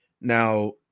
Now